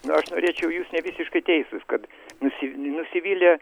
na aš norėčiau jūs nevisiškai teisūs kad nusi nusivylę